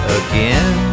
again